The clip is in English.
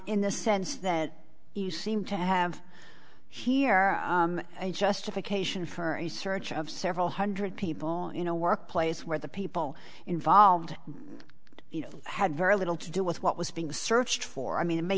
in the sense that you seem to have here a justification for a search of several hundred people in a workplace where the people involved you know had very little to do with what was being searched for i mean it may